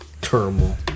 Terrible